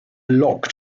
locked